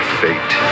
fate